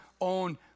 own